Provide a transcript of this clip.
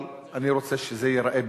אבל אני רוצה שזה ייראה בפועל.